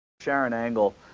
sharon angle